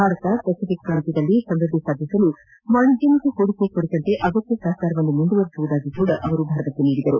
Bharat Pacific ಪ್ರಾಂತ್ವದಲ್ಲಿ ಸಮೃದ್ದಿ ಸಾಧಿಸಲು ವಾಣಿಜ್ಯ ಮತ್ತು ಹೂಡಿಕೆ ಕುರಿತಂತೆ ಅಗತ್ನ ಸಹಕಾರ ಮುಂದುವರೆಸುವುದಾಗಿಯೂ ಸಹ ಅವರು ಭರವಸೆ ನೀಡಿದರು